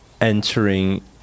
entering